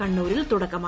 കണ്ണൂരിൽ തുടക്കമായി